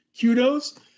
Kudos